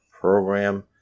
program